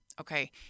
Okay